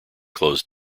closed